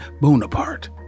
Bonaparte